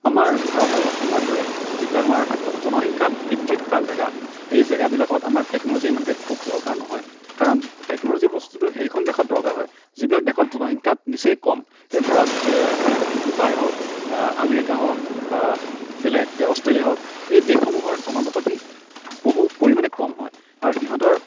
আমাৰ ভাৰত আৰু অসমৰ দৰে যিবিলাক আমাৰ জনসংখ্যা বৃদ্ধি থকা জেগা এই জেগাবিলাকত আমাৰ টেকন'লজি ইমানকৈ খুব দৰকাৰ নহয় কাৰণ টেকন'লজি বস্তুটো সেইখন দেশত দৰকাৰ হয় যিবিলাক দেশত জনসংখ্যাত নিচেই কম এই ধৰক ডুবাই হওক আমেৰিকা হওক বা বেলেগ অষ্ট্ৰেলিয়া হওক এই দেশসমূহৰ জনবসতি বহু পৰিমাণে কম হয় আৰু সিহঁতৰ